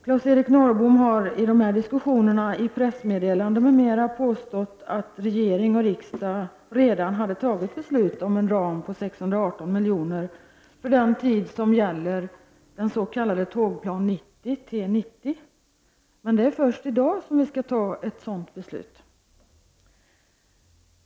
Claes-Eric Norrbom har i dessa diskussioner, i pressmeddelande m.m. påstått att regering och riksdag redan hade fattat beslut om en ram på 618 miljoner för den tid som gäller den s.k. Tågplan 90 . Men det är först i dag som vi skall fatta ett sådant beslut.